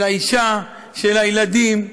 של האישה, של הילדים,